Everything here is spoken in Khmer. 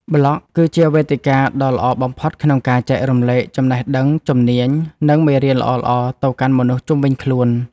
ប្លក់គឺជាវេទិកាដ៏ល្អបំផុតក្នុងការចែករំលែកចំណេះដឹង ជំនាញ និងមេរៀនល្អៗទៅកាន់មនុស្សជុំវិញខ្លួន។